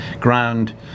ground